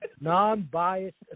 non-biased